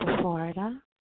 Florida